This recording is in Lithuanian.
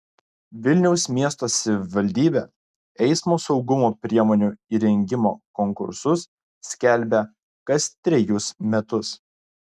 vilniaus miesto savivaldybė eismo saugumo priemonių įrengimo konkursus skelbia kas trejus metus